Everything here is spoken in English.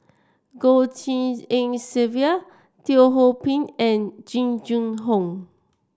Goh Tshin En Sylvia Teo Ho Pin and Jing Jun Hong